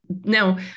Now